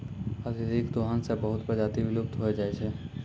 अत्यधिक दोहन सें बहुत प्रजाति विलुप्त होय जाय छै